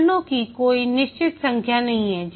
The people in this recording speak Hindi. चरणों की कोई निश्चित संख्या नहीं है